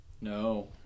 No